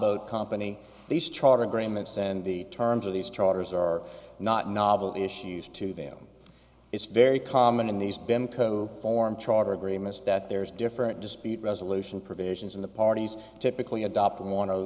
boat company these charter agreements and the terms of these charters are not novel issues to them it's very common in these been co form charter agreements that there's different dispute resolution provisions in the parties typically adopt one o